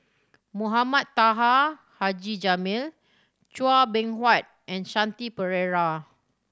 Mohamed Taha Haji Jamil Chua Beng Huat and Shanti Pereira